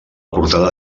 portada